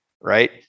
Right